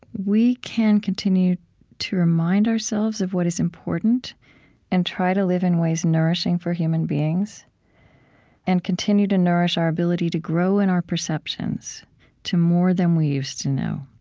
we can continue to remind ourselves of what is important and try to live in ways nourishing for human beings and continue to nourish our ability to grow in our perceptions to more than we used to know,